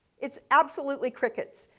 it's absolutely crickets.